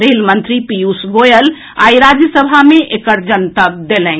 rail मंत्री पीयूष गोयल आइ राज्यसभा मे एकर जनतब देलनि